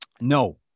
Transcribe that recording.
No